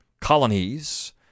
colonies